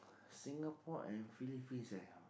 Singapore and Philippines eh